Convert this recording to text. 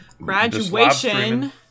graduation